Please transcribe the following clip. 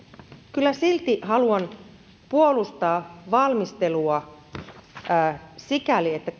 kyllä silti haluan puolustaa valmistelua sikäli että